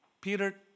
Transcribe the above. Peter